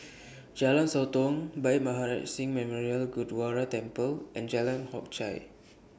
Jalan Sotong Bhai Maharaj Singh Memorial Gurdwara Temple and Jalan Hock Chye